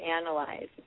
analyze